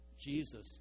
Jesus